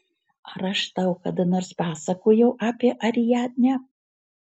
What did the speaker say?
ar aš tau kada nors pasakojau apie ariadnę